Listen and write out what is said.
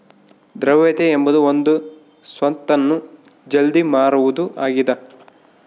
ದ್ರವ್ಯತೆ ಎಂಬುದು ಒಂದು ಸ್ವತ್ತನ್ನು ಜಲ್ದಿ ಮಾರುವುದು ಆಗಿದ